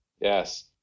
yes